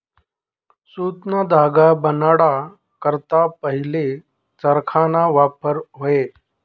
सुतना धागा बनाडा करता पहिले चरखाना वापर व्हये